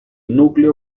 núcleo